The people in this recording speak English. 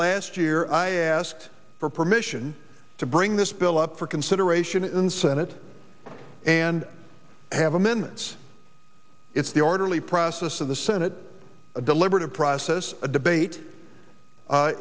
last year i asked for permission to bring this bill up for consideration in senate and have amendments it's the orderly process of the senate a deliberative process a debate